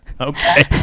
Okay